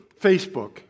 Facebook